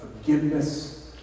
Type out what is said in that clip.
forgiveness